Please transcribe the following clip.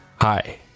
Hi